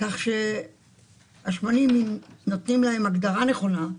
אם נותנים לשמנים הגדרה נכונה,